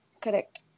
correct